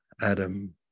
Adam